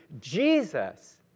Jesus